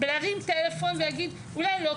להרים טלפון ולהגיד אולי לא כדאי,